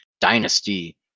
dynasty